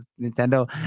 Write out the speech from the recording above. Nintendo